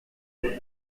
deux